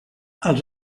els